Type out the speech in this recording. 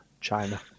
China